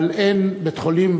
אבל אין בית-חולים,